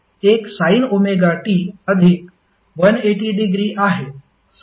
एक sine omega t अधिक 180 degree आहे